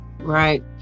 right